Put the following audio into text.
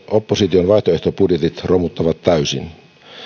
opposition vaihtoehtobudjetit romuttavat täysin